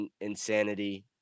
insanity